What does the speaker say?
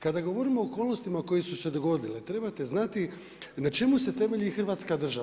Kada govorimo o okolnostima koje su se dogodile, trebate znati na čemu se temelju Hrvatska država.